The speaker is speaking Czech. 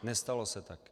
Nestalo se tak.